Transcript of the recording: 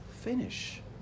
Finish